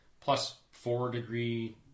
plus-four-degree